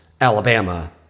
Alabama